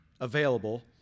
available